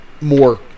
more